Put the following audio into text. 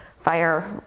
fire